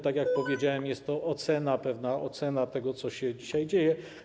Tak jak powiedziałem, jest to ocena, pewna ocena tego, co się dzisiaj dzieje.